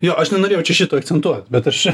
jo aš nenorėjau čia šito akcentuot bet aš čia